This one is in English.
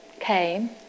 came